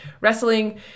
wrestling